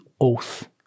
oath